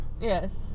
Yes